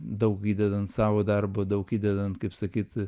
daug įdedant savo darbo daug įdedant kaip sakyt